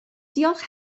diolch